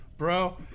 Bro